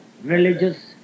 Religious